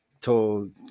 told